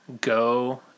go